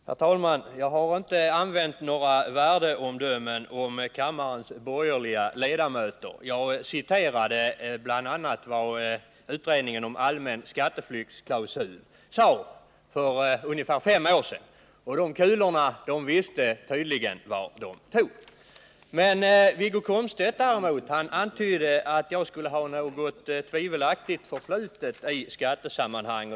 Herr talman! Jag har inte givit några värdeomdömen om kammarens borgerliga ledamöter. Jag citerade bara vad utredningen om en allmän skatteflyktsklausul sade för ungefär fem år sedan. De kulorna visste tydligen var de tog. Wiggo Komstedt däremot antydde att jag skulle ha ett tvivelaktigt förflutet i skattesammanhang.